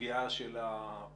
הסוגיה של הפיקוח